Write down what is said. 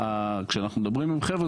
כשאנחנו מדברים עם חברה,